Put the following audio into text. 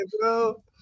bro